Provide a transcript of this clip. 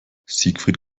siegfried